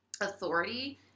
authority